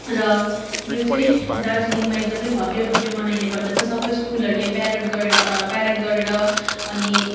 र यो चाहिँ दार्जिलिङमा एकदम भव्यरूपले मनाइने गर्दछ सबै स्कुलहरूले परेड गरेर परेड गरेर अनि